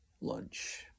lunch